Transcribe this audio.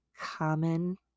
common